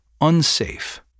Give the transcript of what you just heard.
unsafe